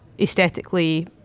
aesthetically